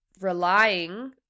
relying